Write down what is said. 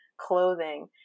clothing